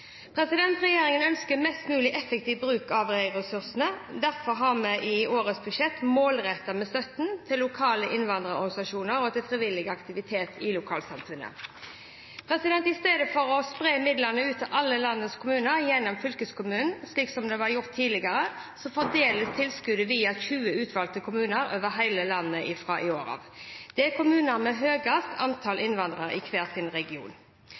Regjeringen ønsker mest mulig effektiv bruk av de ressursene, og derfor målretter vi i årets budsjett støtten til lokale innvandrerorganisasjoner og til frivillige aktiviteter i lokalsamfunn. I stedet for å spre midlene ut til alle landets kommuner gjennom fylkeskommunene, slik det er gjort tidligere, fordeles tilskuddet via 20 utvalgte kommuner over hele landet fra i år av. Det er kommuner med høyest antall innvandrere i sin region.